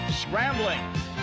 scrambling